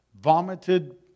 vomited